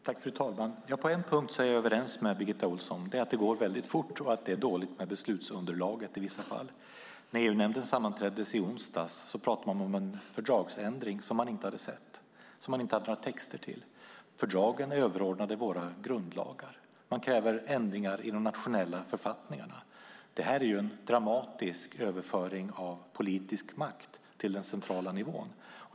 Fru talman! På en punkt är jag överens med Birgitta Ohlsson, nämligen att det går väldigt fort och att det i vissa fall är dåligt med beslutsunderlaget. När EU-nämnden sammanträdde i onsdags pratade man om en fördragsändring som man inte hade några texter till. Fördragen är överordnade våra grundlagar. Man kräver ändringar i de nationella författningarna. Det är en dramatisk överföring av politisk makt till den centrala nivån.